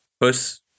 Puss